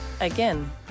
again